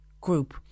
Group